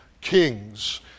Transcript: kings